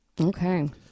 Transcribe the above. Okay